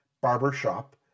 Barbershop